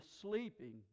sleeping